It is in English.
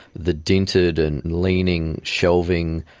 the dented and leaning shelving,